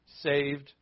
saved